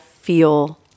feel